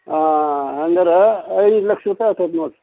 ಹಾಂ ಹಂಗಾದ್ರೆ ಐದು ಲಕ್ಷ ರುಪಾಯಿ ಆಕತಿ ನೋಡಿರಿ